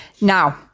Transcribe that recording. Now